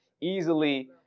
easily